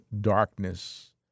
darkness